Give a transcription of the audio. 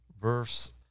verse